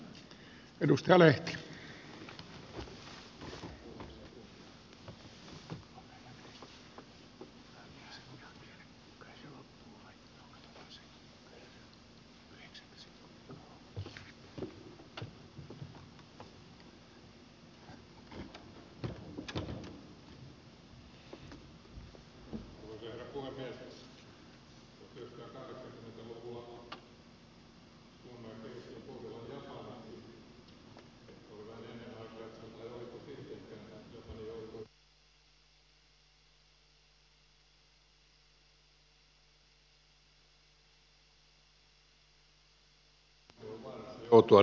japani joutui aikanaan deflaatioon